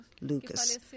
Lucas